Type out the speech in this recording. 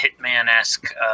Hitman-esque